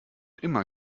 immer